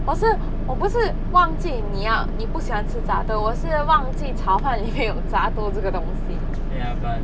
我是我不是忘记你要你不喜欢吃杂豆我是忘记炒饭里面 有杂豆这个东西